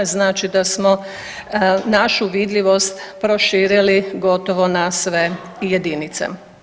Znači da smo našu vidljivost proširili gotovo na sve jedinice.